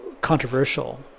controversial